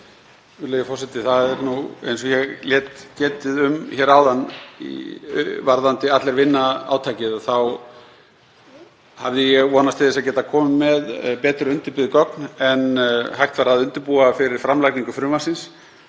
Það er nú eins og ég lét getið um hér áðan, varðandi átakið Allir vinna, að ég hafði vonast til að geta komið með betur undirbyggð gögn en hægt var að undirbúa fyrir framlagningu frumvarpsins.